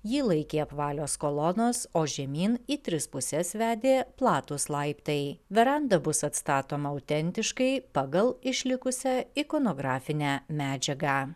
jį laikė apvalios kolonos o žemyn į tris puses vedė platūs laiptai veranda bus atstatoma autentiškai pagal išlikusią ikonografinę medžiagą